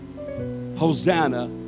Hosanna